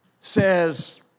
Says